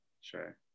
Sure